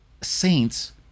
saints